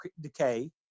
decay